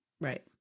Right